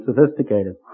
sophisticated